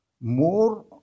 more